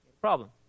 Problem